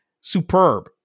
superb